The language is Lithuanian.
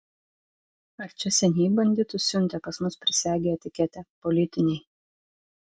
ar čia seniai banditus siuntė pas mus prisegę etiketę politiniai